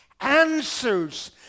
answers